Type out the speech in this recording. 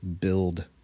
build